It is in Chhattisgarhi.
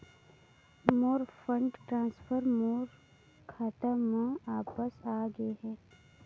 मोर फंड ट्रांसफर मोर खाता म वापस आ गे हे